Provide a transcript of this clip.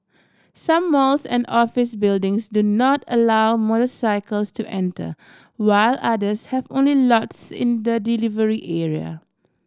some malls and office buildings do not allow motorcycles to enter while others have only lots in the delivery area